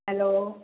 hello